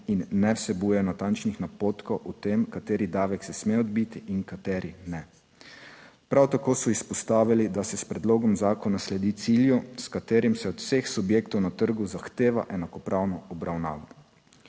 in ne vsebuje natančnih napotkov o tem, kateri davek se sme odbiti in kateri ne. Prav tako so izpostavili, da se s predlogom zakona sledi cilju, s katerim se od vseh subjektov na trgu zahteva enakopravno obravnavo.